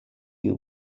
you